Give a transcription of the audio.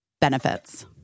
benefits